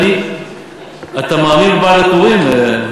אתה מאמין ב"בעל הטורים"?